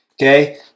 Okay